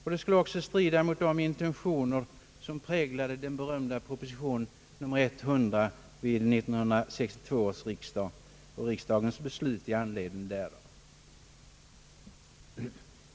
Detta skulle också strida mot de intentioner som präglade den berömda propositionen nr 100 vid 1962 års riksdag och riksdagens beslut med anledning därav.